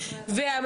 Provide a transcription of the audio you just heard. ושוב,